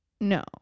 No